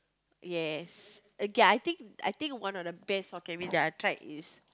yes okay I think I think one of the best hokkien-mee that I tried is